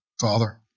Father